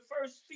first